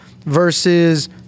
versus